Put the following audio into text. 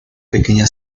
pequeña